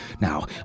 Now